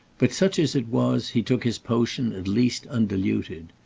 but such as it was he took his potion at least undiluted.